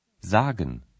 Sagen